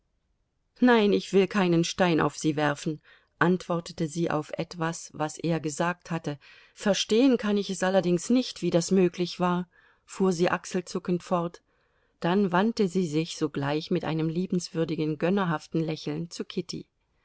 nein ich will keinen stein auf sie werfen antwortete sie auf etwas was er gesagt hatte verstehen kann ich es allerdings nicht wie das möglich war fuhr sie achselzuckend fort dann wandte sie sich sogleich mit einem liebenswürdigen gönnerhaften lächeln zu kitty